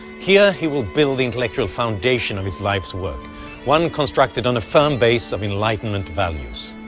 here he will build the intellectual foundation of his life's work one constructed on the firm base of enlightenment values.